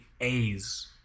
A's